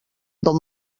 del